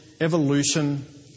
evolution